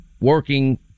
working